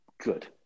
Good